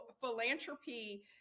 philanthropy